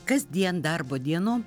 kasdien darbo dienom